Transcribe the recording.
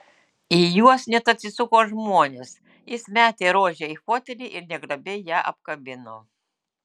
į juos net atsisuko žmonės jis metė rožę į fotelį ir negrabiai ją apkabino